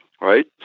Right